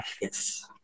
Yes